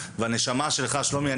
והנשמה שלך שלומי,